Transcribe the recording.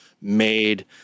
made